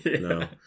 No